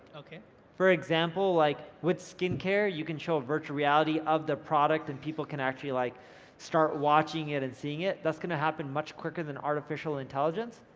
for example, like with skincare, you can show virtual reality of the product, and people can actually like start watching it and seeing it. that's gonna happen much quicker than artificial intelligence,